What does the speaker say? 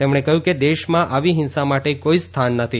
તેમણેકહ્યું કે દેશમાં આવી હિંસા માટે કોઇ સ્થાન નથી